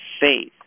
faith